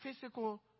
physical